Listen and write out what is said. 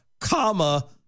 comma